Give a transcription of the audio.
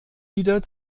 wieder